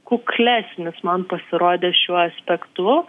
kuklesnis man pasirodė šiuo aspektu